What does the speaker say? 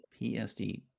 PSD